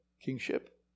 kingship